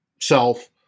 self